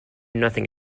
nothing